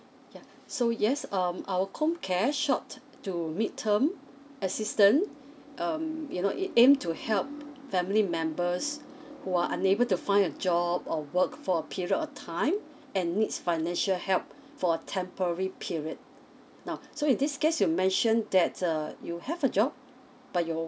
yeah so yes um our comcare short to mid term assistance um you know it aim to help um family members who are unable to find a job or work for a period of time and needs financial help for temporary period now so in this case you mentioned that uh you have a job but your